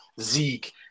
Zeke